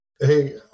Hey